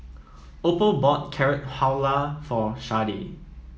Opal bought Carrot Halwa for Sharde